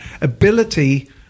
ability